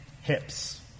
hips